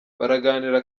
baraganira